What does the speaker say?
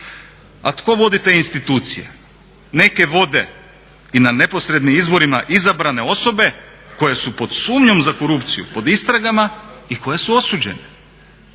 A tko vodi te institucije? Neke vode i na neposrednim izvorima izabrane osobe koje su pod sumnjom za korupciju pod istragama i koje su osuđene.